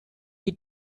you